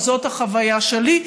אבל זו החוויה שלי,